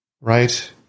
Right